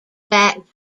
back